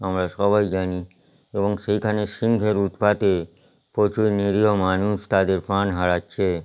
আমরা সবাই জানি এবং সেইখানে সিংহের উৎপাতে প্রচুর নিরীহ মানুষ তাদের প্রাণ হারাচ্ছে